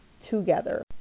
together